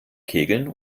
kegeln